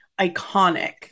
iconic